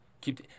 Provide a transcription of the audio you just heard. keep